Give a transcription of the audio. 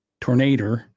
tornado